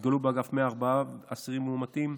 התגלו באגף 104 אסירים מאומתים.